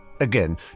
Again